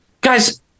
guys